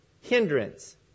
hindrance